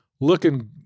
looking